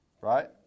right